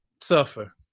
suffer